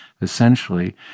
essentially